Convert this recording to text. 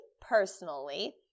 personally